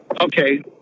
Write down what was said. Okay